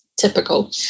typical